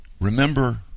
remember